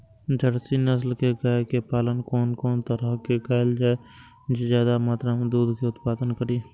Jersey नस्ल के गाय के पालन कोन तरह कायल जाय जे ज्यादा मात्रा में दूध के उत्पादन करी?